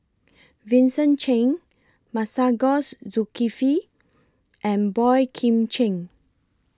Vincent Cheng Masagos Zulkifli and Boey Kim Cheng